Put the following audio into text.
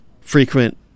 frequent